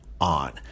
on